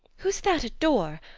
who's that at door?